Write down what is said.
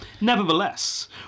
Nevertheless